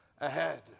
ahead